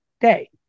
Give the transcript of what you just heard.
day